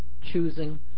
choosing